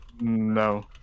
no